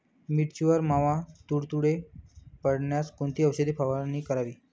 मिरचीवर मावा, तुडतुडे पडल्यास कोणती औषध फवारणी करावी?